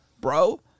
bro